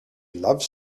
loves